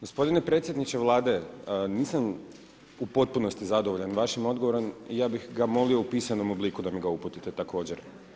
Gospodine predsjedniče Vlade, nisam u potpunosti zadovoljan vašim odgovorom, ja bih ga molio u pisanom obliku da mi ga uputite također.